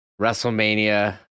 WrestleMania